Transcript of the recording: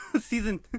season